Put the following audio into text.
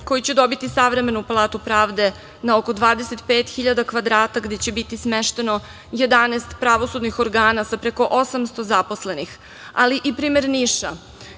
koji će dobiti savremenu palatu pravde na oko 25.000 kvadrata gde će biti smešteno 11 pravosudnih organa sa preko 800 zaposlenih, ali i primer Niša,